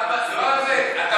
לא על זה.